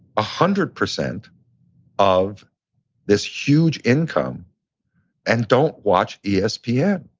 hundred percent of this huge income and don't watch espn? yeah